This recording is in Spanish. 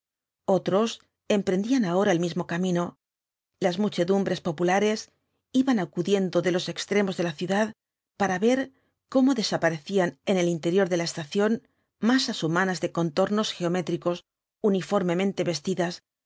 otros emprendían ahora el mismo camino las muchedumbres populares iban acudiendo de los extremos de la ciudad para ver cómo desaparecían en el interior de la estación masas humanas de contornos geométricos uniformemente vestidas